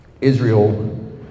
Israel